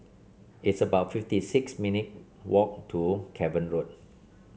it's about fifty six minute walk to Cavan Road